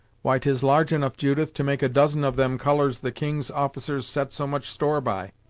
why tis large enough, judith, to make a dozen of them colours the king's officers set so much store by.